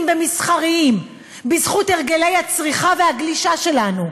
ומסחריים בזכות הרגלי הצריכה והגלישה שלנו,